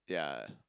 yeah